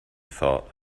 thought